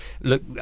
Look